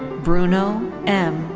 bruno m.